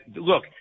look